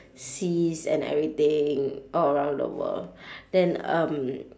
seas and everything all around the world then um